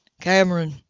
Cameron